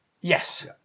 Yes